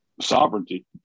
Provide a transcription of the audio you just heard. sovereignty